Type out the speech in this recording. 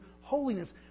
holiness